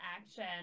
action